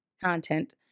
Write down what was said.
content